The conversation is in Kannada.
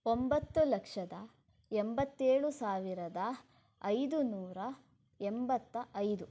ಒಂಬತ್ತು ಲಕ್ಷದ ಎಂಬತ್ತೇಳು ಸಾವಿರದ ಐದು ನೂರ ಎಂಬತ್ತ ಐದು